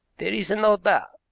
there is no doubt,